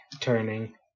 turning